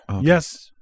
yes